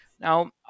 Now